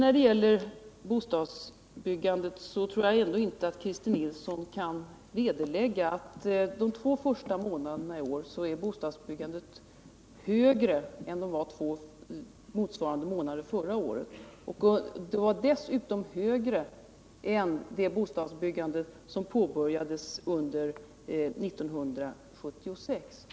När det gäller bostadsbyggandet tror jag ändå inte att Christer Nilsson kan vederlägga det faktum att bostadsbyggandet under de två första månaderna i år var högre än det var under motsvarande månader förra året. Det var dessutom högre än det bostadsbyggande som påbörjades under 1976.